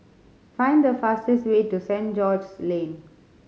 find the fastest way to Saint George's Lane